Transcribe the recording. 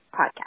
Podcast